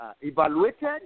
evaluated